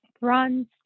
runs